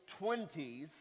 20s